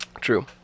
true